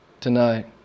tonight